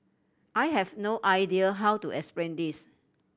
I have no idea how to explain this